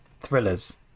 thrillers